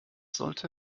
sollte